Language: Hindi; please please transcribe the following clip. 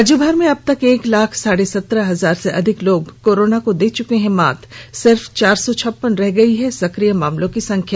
राज्यभर में अब तक एक लाख साढ़े सत्रह हजार से अधिक लोग कोरोना को दे चुके हैं मात सिर्फ चार सौ छप्पन रह गई है सक्रिय मामलों की संख्या